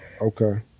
Okay